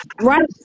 Right